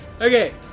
Okay